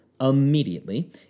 immediately